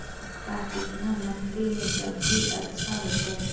का चिकना मट्टी में सब्जी अच्छा होतै?